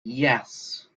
yes